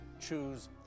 choose